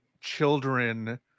children